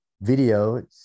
video